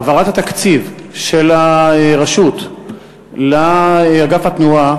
העברת התקציב של הרשות לאגף התנועה,